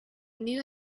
knew